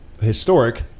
historic